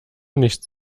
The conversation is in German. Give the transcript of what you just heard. nichts